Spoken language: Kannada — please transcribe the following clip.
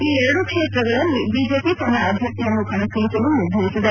ಈ ಎರಡೂ ಕ್ಷೇತ್ರದಲ್ಲಿ ಬಿಜೆಪಿ ತನ್ನ ಅಭ್ಯರ್ಥಿಯನ್ನು ಕಣಕ್ಕಿಳಿಸಲು ನಿರ್ಧರಿಸಿದೆ